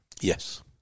Yes